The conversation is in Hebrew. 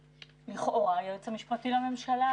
כי לכאורה, היועץ המשפטי לממשלה